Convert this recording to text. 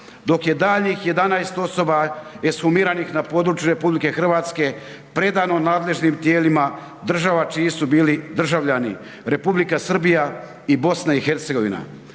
dok je daljnjih 11 osoba ekshumiranih na području RH predano nadležnim tijelima država čiji su bili državljani, Republika Srbija i BiH.